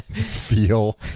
Feel